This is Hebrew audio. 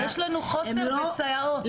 יש לנו חוסר בסייעות.